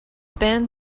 band